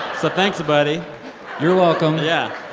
so thanks, buddy you're welcome yeah.